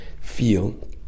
feel